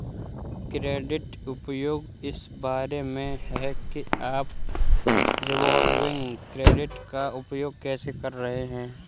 credit उपयोग इस बारे में है कि आप रिवॉल्विंग क्रेडिट का उपयोग कैसे कर रहे हैं